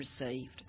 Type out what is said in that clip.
received